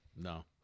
no